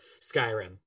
skyrim